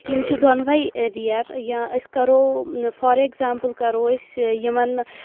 یم چھِ دنوے رِیَر یا أسۍ کرو فار ایٚکزامپٕل کرو أسۍ یِمن